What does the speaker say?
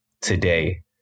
today